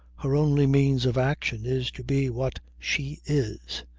her only means of action is to be what she is.